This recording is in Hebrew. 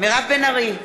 מירב בן ארי,